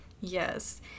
Yes